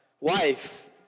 wife